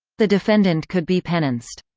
the defendant could be penanced.